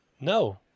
No